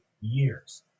years